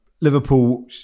Liverpool